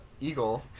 eagle